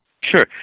Sure